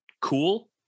cool